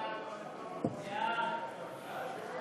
ההצעה להעביר את